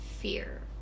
fear